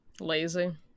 Lazy